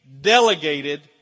delegated